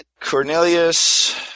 Cornelius